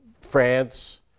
France